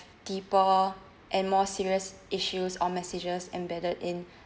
deeper and more serious issues or messages embedded in